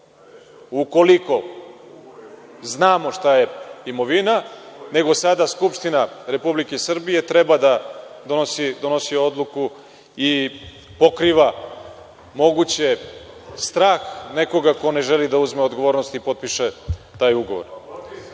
ukoliko znamo šta je imovina, nego sada Skupština Republike Srbije treba da donosi odluku i pokriva moguće strah nekoga ko ne želi da uzme odgovornost i potpiše taj ugovor.